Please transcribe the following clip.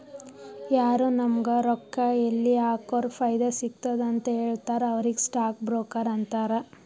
ಯಾರು ನಾಮುಗ್ ರೊಕ್ಕಾ ಎಲ್ಲಿ ಹಾಕುರ ಫೈದಾ ಸಿಗ್ತುದ ಅಂತ್ ಹೇಳ್ತಾರ ಅವ್ರಿಗ ಸ್ಟಾಕ್ ಬ್ರೋಕರ್ ಅಂತಾರ